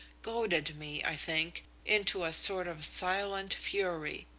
goaded me, i think, into a sort of silent fury.